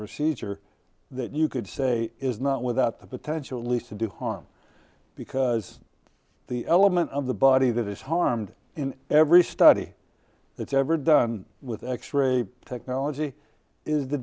procedure that you could say is not without the potential leads to do harm because the element of the body that is harmed in every study that's ever done with x ray technology is the